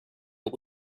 but